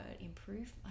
Improve